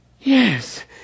Yes